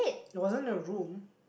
it wasn't a room